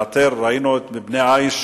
ראינו בבני-עי"ש,